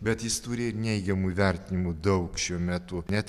bet jis turi ir neigiamų įvertinimų daug šiuo metu net